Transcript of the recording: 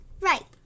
Right